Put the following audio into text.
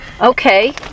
okay